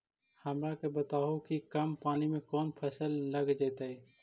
हमरा के बताहु कि कम पानी में कौन फसल लग जैतइ?